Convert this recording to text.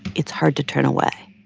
it's hard to turn away